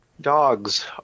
dogs